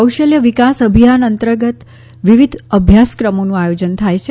કૌશલ્ય ભારત અભિયાન અંતર્ગત વિવિધ અભ્યાસક્રમોનું આયોજન થાય છે